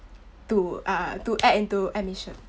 to uh to add into admission